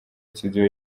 studio